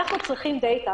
צריכים דאטה.